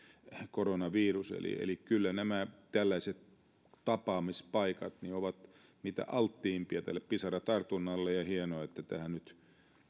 koronavirus eli eli kyllä nämä tällaiset tapaamispaikat ovat mitä altteimpia tälle pisaratartunnalle hienoa että tähän nyt